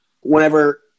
whenever